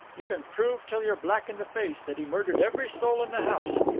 you can prove till you're black in the face that he murdered every soul in the house,